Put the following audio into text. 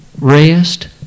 rest